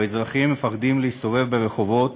והאזרחים מפחדים להסתובב ברחובות,